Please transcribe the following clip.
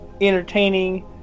entertaining